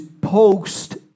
post